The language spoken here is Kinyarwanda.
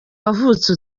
wavutse